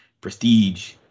prestige